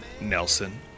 Nelson